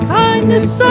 kindness